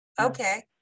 Okay